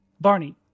Barney